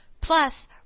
plus